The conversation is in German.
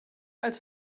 als